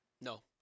no